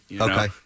Okay